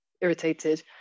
irritated